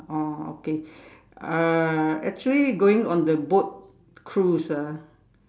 oh okay uh actually going on the boat cruise ah